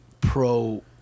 pro